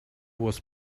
was